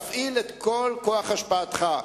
כנסת נכבדה,